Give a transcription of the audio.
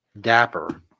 dapper